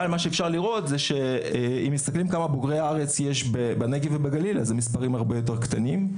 אם מסתכלים כמה מבוגרי הארץ יש בנגב ובגליל אז מספרים הרבה יותר קטנים,